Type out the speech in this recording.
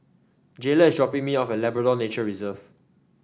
Jayla is dropping me off at Labrador Nature Reserve